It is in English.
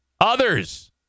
Others